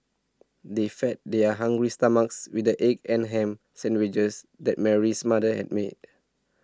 they fed their hungry stomachs with the egg and ham sandwiches that Mary's mother had made